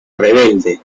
rebelde